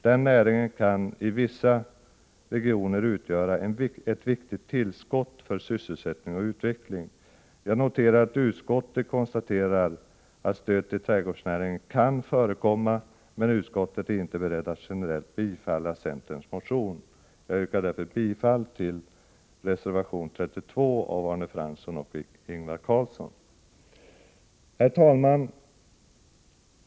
Den näringen kan i vissa regioner utgöra ett viktigt tillskott för sysselsättning och utveckling. Jag noterar att utskottet konstaterar att stöd till trädgårdsnäringen kan förekomma, men utskottet är inte berett att generellt bifalla centerns motion. Jag yrkar därför bifall till reservation nr 32 av Arne Fransson och Ingvar Karlsson. Herr talman!